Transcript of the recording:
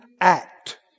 act